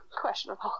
Questionable